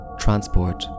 transport